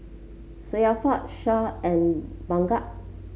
Syafiqah Shah and Bunga